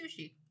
sushi